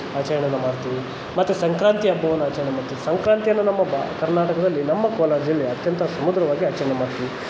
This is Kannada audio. ಆಚರಣೆಯನ್ನು ಮಾಡ್ತೀವಿ ಮತ್ತು ಸಂಕ್ರಾಂತಿ ಹಬ್ಬವನ್ನು ಆಚರಣೆ ಮಾಡ್ತೀವಿ ಸಂಕ್ರಾಂತಿಯನ್ನು ನಮ್ಮ ಬಾ ಕರ್ನಾಟಕದಲ್ಲಿ ನಮ್ಮ ಕೋಲಾರ ಜಿಲ್ಲೆ ಅತ್ಯಂತ ಸುಮಧುರವಾಗಿ ಆಚರಣೆ ಮಾಡ್ತೀವಿ